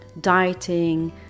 dieting